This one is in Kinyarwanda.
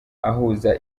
ahuza